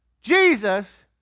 Jesus